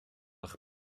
eich